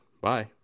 Bye